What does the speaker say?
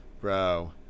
bro